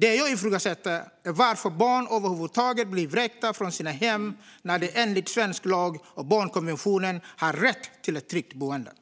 Det jag ifrågasätter är att barn över huvud taget blir vräkta från sina hem när de enligt svensk lag och barnkonventionen har rätt till ett tryggt boende.